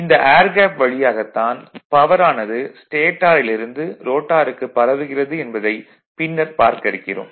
இந்த air gap வழியாகத் தான் பவர் ஆனது ஸ்டேடாரில் இருந்து ரோட்டாருக்கு பரவுகிறது என்பதைப் பின்னர் பார்க்க இருக்கிறோம்